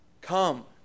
come